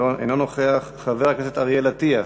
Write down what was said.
אינו נוכח, חבר הכנסת אריאל אטיאס,